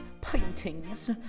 paintings